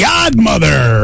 Godmother